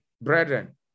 Brethren